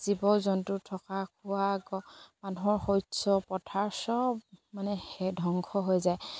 জীৱ জন্তু থকা খোৱা মানুহৰ শস্য পথাৰ চব মানে ধ্বংস হৈ যায়